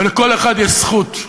ולכל אחד יש זכות,